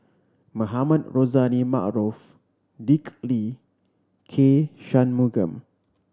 Mohamed Rozani Maarof Dick Lee K Shanmugam